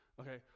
Okay